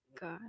God